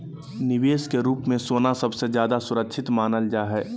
निवेश के रूप मे सोना सबसे ज्यादा सुरक्षित मानल जा हय